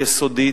יסודית,